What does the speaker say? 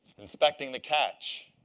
inspecting the catch.